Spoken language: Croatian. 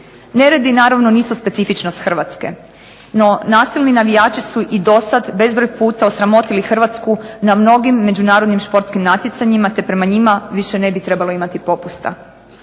Neredi naravno nisu specifičnost Hrvatske, no nasilni navijači su i dosad bezbroj puta osramotili Hrvatsku na mnogim međunarodnim športskim natjecanjima te prema njima više ne bi trebali imati popusta.